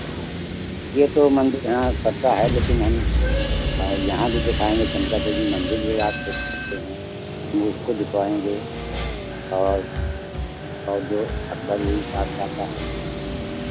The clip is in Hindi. ये तो मंदिर है पता है लेकिन हम यहाँ भी दिखाएंगे चंद्रिका देवी मंदिर भी आप देख सकते हैं हम उसको दिखवाएंगे और और जो अकबर यहीं बादशाह था